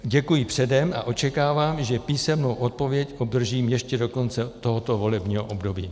Děkuji předem a očekávám, že písemnou odpověď obdržím ještě do konce tohoto volebního období.